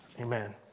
Amen